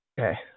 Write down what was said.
Okay